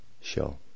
show